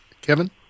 Kevin